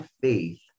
faith